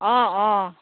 অঁ অঁ